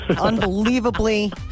unbelievably